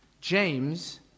James